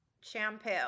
shampoo